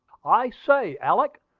i say, alick,